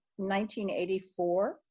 1984